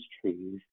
trees